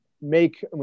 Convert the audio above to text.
make